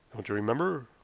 don't you remember?